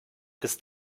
ist